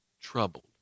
troubled